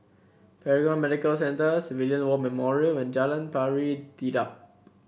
Paragon Medical Centre Civilian War Memorial and Jalan Pari Dedap